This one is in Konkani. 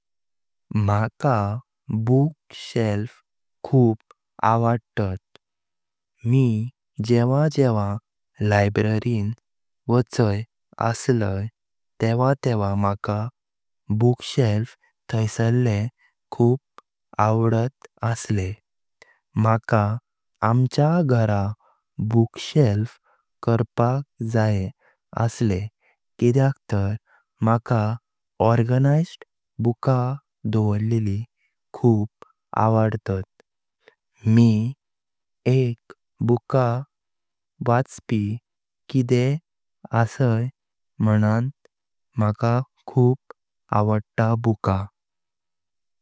मावका बुक शेल्फ खूब आवडतात। मी जेव्हा जेव्हा लायब्ररीं वाचय असलें तेव्हा तेव्हा माका बुकशेल्फ ठैसरले खूब आवडत असले। माका आमच्या घरा बुकशेल्फ करपाक जाए असलें किद्याक तर माका ऑर्गनाइज्ड बुका दवरोळीली खूब आवडतात। मी एक बुका वाचपी किदो असई मणण माका खूब आवडता बुका।